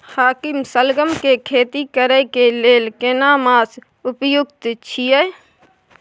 हाकीम सलगम के खेती करय के लेल केना मास उपयुक्त छियै?